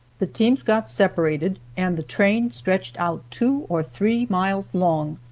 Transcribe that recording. the teams got separated, and the train stretched out two or three miles long.